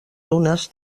dunes